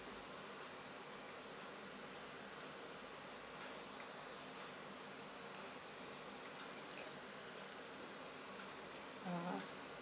(uh huh)